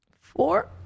Four